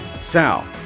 Sal